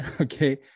Okay